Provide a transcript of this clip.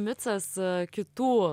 micas kitų